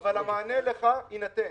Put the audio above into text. אבל המענה לך יינתן.